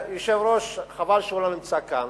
היושב-ראש, חבל שהוא לא נמצא כאן,